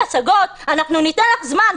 תחכי להשגות, אנחנו ניתן לך זמן.